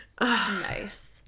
Nice